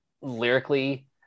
lyrically